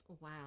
Wow